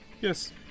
Yes